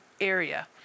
area